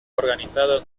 organizados